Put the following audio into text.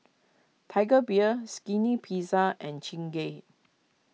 Tiger Beer Skinny Pizza and Chingay